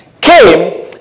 came